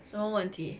什么问题